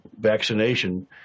vaccination